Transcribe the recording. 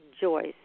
Joyce